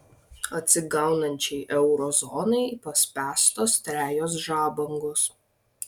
atsigaunančiai euro zonai paspęstos trejos žabangos